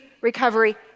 recovery